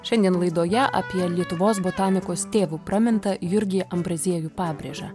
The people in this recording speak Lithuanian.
šiandien laidoje apie lietuvos botanikos tėvų pramintą jurgį ambraziejų pabrėžą